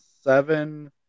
seven